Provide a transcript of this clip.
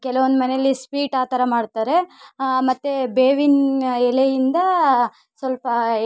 ಕೆಲವೊಂದು ಮನೇಲಿ ಸ್ವೀಟ್ ಆ ಥರ ಮಾಡ್ತಾರೆ ಮತ್ತು ಬೇವಿನ ಎಲೆಯಿಂದ ಸ್ವಲ್ಪ